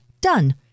Done